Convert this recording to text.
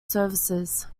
services